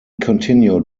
continued